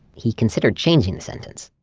he considered changing the sentence,